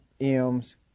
M's